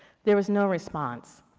there was no response.